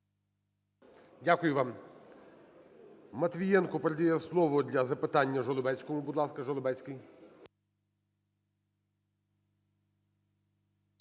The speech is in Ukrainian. Дякую вам. Матвієнко передає слово для запитання Жолобецькому. Будь ласка, Жолобецький.